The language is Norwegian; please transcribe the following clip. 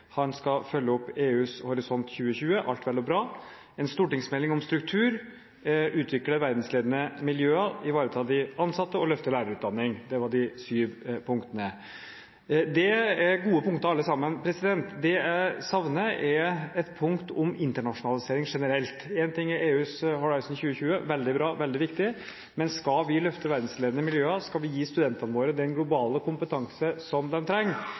Han skulle følge opp EUs Horisont 2020 – alt vel og bra. Han skulle komme med en stortingsmelding om struktur, utvikle verdensledende miljøer, ivareta de ansatte og løfte lærerutdanningen. Det var de syv punktene. Det er gode punkter alle sammen. Det jeg savner, er et punkt om internasjonalisering generelt. Én ting er EUs Horisont 2020, som er veldig bra og veldig viktig, men skal vi løfte verdensledende miljøer, skal vi gi studentene våre den globale kompetansen som de trenger,